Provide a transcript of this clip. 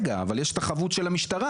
זה נאמר, ואני מצטער, זו פעם שלישית כבר.